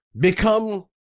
become